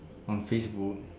on Facebook